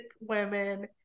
women